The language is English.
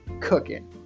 cooking